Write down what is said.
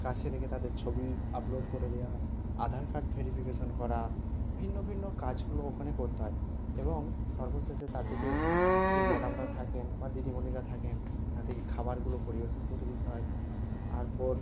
কাছে রেখে তাদের ছবি আপলোড করে দেওয়া আধার কার্ড ভেরিফিকেশান করা ভিন্ন ভিন্ন কাজগুলো ওখানে করতে হয় এবং সর্বশেষে তাদেরকে যে ম্যাডামরা থাকেন বা দিদিমণিরা থাকেন তাদেরকে খাবারগুলো পরিবেশন করে দিতে হয় তারপর